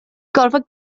gorfod